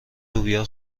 لوبیا